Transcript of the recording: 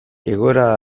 egoera